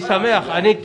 אני שמח.